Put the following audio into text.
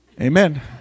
Amen